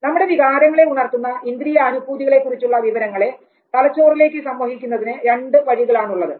നമ്മുടെ വികാരങ്ങളെ ഉണർത്തുന്ന ഇന്ദ്രിയാനുഭൂതികളെ കുറിച്ചുള്ള വിവരങ്ങളെ തലച്ചോറിലേക്ക് സംവഹിക്കുന്നതിന് രണ്ടു വഴികളാണുള്ളത്